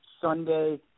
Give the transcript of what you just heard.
Sunday